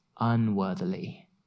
unworthily